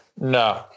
No